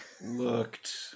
looked